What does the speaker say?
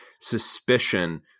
suspicion